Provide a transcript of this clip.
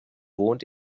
wohnt